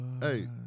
Hey